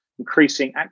Increasing